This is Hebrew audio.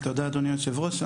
תודה אדוני היושב-ראש.